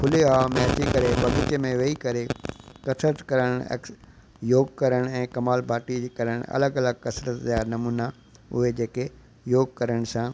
त खुली हवा में अची करे बाग़ीचे में वेही करे कसरत करणु योग करणु ऐं कपालभाति करणु अलॻि अलॻि कसरत जा नमूना उहे जेके योग करण सां